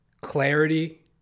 clarity